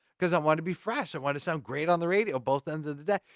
because i wanted to be fresh. i wanted to sound great on the radio, both ends of the deck.